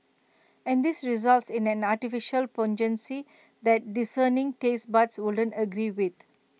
and this results in an artificial pungency that discerning taste buds wouldn't agree with